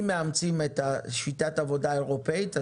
אם מאמצים את שיטת העבודה האירופאית,